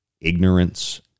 ignorance